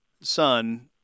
son